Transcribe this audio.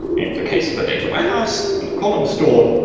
in the case of a data warehouse and a column store,